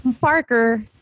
Parker